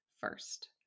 First